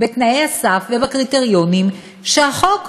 בתנאי הסף ובקריטריונים שהחוק,